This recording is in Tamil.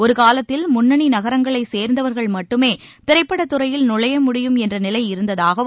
ஒருகாலத்தில் முன்னணி நகரங்களைச் சேர்ந்தவர்கள் மட்டுமே திரைப்படத்துறையில் நுழைய முடியும் இருந்ததாகவும்